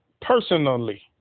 personally